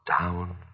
down